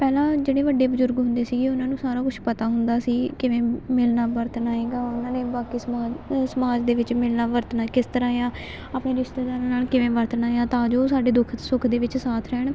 ਪਹਿਲਾਂ ਜਿਹੜੇ ਵੱਡੇ ਬਜ਼ੁਰਗ ਹੁੰਦੇ ਸੀਗੇ ਉਹਨਾਂ ਨੂੰ ਸਾਰਾ ਕੁਛ ਪਤਾ ਹੁੰਦਾ ਸੀ ਕਿਵੇਂ ਮਿਲਣਾ ਵਰਤਣਾ ਹੈਗਾ ਉਹਨਾਂ ਨੇ ਬਾਕੀ ਸਮਾ ਸਮਾਜ ਦੇ ਵਿੱਚ ਮਿਲਣਾ ਵਰਤਣਾ ਕਿਸ ਤਰ੍ਹਾਂ ਆ ਆਪਣੇ ਰਿਸ਼ਤੇਦਾਰਾਂ ਨਾਲ ਕਿਵੇਂ ਵਰਤਣਾ ਹੈ ਤਾਂ ਜੋ ਸਾਡੇ ਦੁੱਖ 'ਚ ਸੁੱਖ ਦੇ ਵਿੱਚ ਸਾਥ ਰਹਿਣ